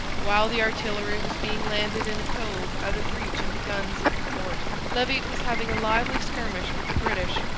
while the artillery was being landed in a cove out of reach of the guns of the fort levis was having a lively skirmish with the british,